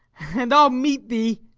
and i ll meet thee,